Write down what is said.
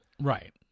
Right